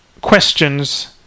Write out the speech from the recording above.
questions